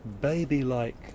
baby-like